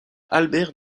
albert